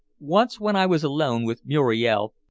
once, when i was alone with muriel,